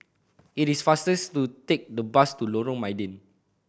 it is faster to take the bus to Lorong Mydin